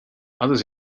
others